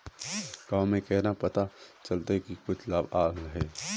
गाँव में केना पता चलता की कुछ लाभ आल है?